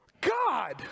God